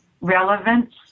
relevance